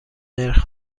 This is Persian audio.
نرخ